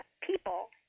people